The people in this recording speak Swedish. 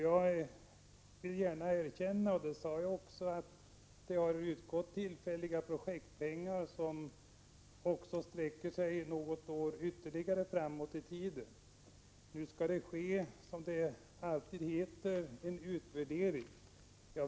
Jag vill gärna erkänna, och det sade jag också tidigare, att det har utgått tillfälliga projektpengar, som också kommer att fortsätta att betalas under något år ytterligare. Men nu skall det ske, som det alltid heter numera, en utvärdering.